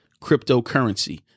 cryptocurrency